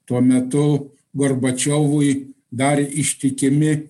tuo metu gorbačiovui dar ištikimi